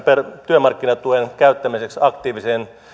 työmarkkinatuen käyttämiseksi aktiiviseen